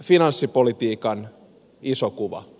finanssipolitiikan iso kuva